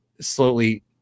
slowly